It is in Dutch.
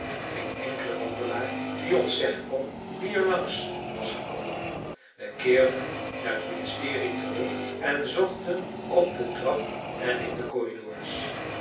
geen enkele wandelaar die ons zeggen kon wie er langs was gekomen wij keerden naar het ministerie terug en zochten op de trap en in de corridors